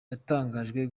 yatangajwe